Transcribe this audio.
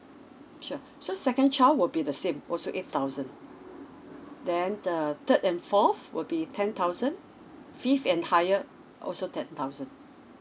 sure so second child will be the same also eight thousand then the third and fourth will be ten thousand fifth and higher also ten thousand